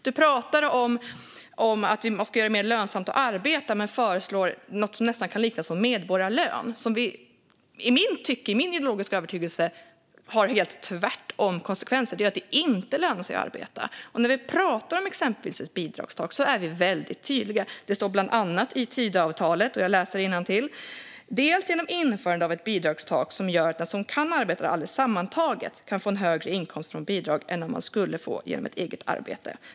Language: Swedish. Du pratade om att man ska göra det mer lönsamt att arbeta men föreslår något som nästan kan liknas vid en medborgarlön. I mitt tycke, utifrån min ideologiska övertygelse, har det rakt motsatt konsekvens: att det inte lönar sig att arbeta. När vi pratar om exempelvis ett bidragstak är vi väldigt tydliga. Jag läser innantill ur Tidöavtalet: "Dels genom införandet av ett bidragstak som gör att den som kan arbeta, aldrig sammantaget kan få högre inkomster från bidrag än man skulle få genom eget arbete."